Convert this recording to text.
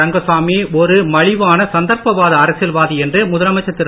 ரங்கசாமி ஒரு மலிவான சந்தர்ப்ப்பாத அரசியல் வாதி என்று முதலமைச்சர் திரு